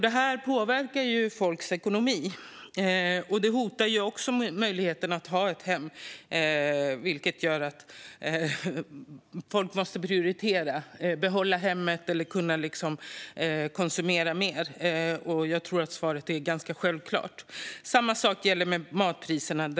Det påverkar folks ekonomi, och det hotar också möjligheten att skapa ett hem. Folk måste prioritera; behålla hemmet eller konsumera mer. Jag tror att svaret är självklart. Samma sak gäller matpriserna.